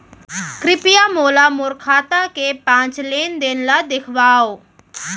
कृपया मोला मोर खाता के पाँच लेन देन ला देखवाव